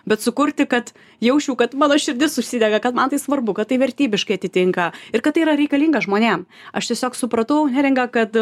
bet sukurti kad jausčiau kad mano širdis užsidega kad man tai svarbu kad tai vertybiškai atitinka ir kad yra reikalinga žmonėm aš tiesiog supratau neringa kad